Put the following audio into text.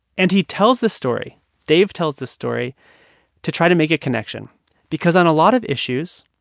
and he tells this story dave tells this story to try to make a connection because on a lot of issues,